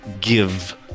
give